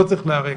לא צריך להיהרג.